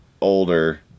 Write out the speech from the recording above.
older